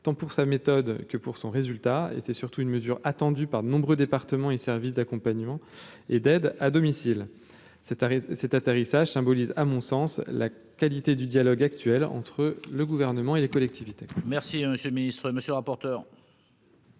tant pour sa méthode que pour son résultat et c'est surtout une mesure attendue par de nombreux départements et services d'accompagnement et d'aide à domicile, ces tarifs cet atterrissage symbolise, à mon sens la qualité du dialogue actuel entre le gouvernement et les collectivités. Merci, monsieur le Ministre, monsieur rapporteur.